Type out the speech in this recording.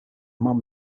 mam